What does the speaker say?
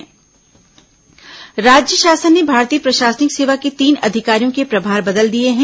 IAS तबादला राज्य शासन ने भारतीय प्रशासनिक सेवा के तीन अधिकारियों के प्रभार बदल दिए हैं